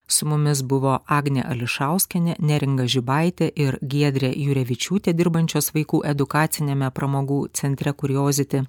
su mumis buvo agnė ališauskienė neringa žibaitė ir giedrė jurevičiūtė dirbančios vaikų edukaciniame pramogų centre kurijoziti